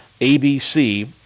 ABC